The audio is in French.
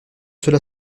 cela